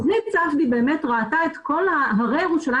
תכנית ספדי באמת ראתה את כל הרי ירושלים